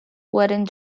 wedding